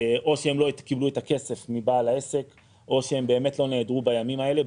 או שהם לא קיבלו את הכסף מבעל העסק או שהם באמת לא נעדרו בימים האלה.